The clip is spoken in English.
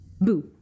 Boo